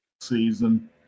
season